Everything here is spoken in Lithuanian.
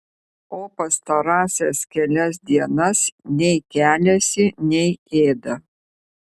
o pastarąsias kelias dienas nei keliasi nei ėda